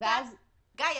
גיא,